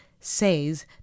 says